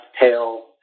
tail